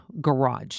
garage